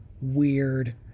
weird